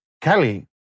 Kelly